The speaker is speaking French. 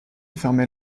fermait